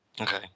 Okay